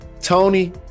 Tony